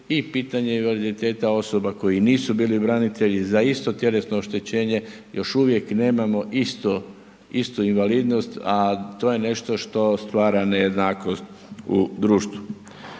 i pitanje invaliditeta osoba koji nisu bili branitelji za isto tjelesno oštećenje još uvijek nemamo isto invalidnost, a to je nešto što stvara nejednakost u društvu.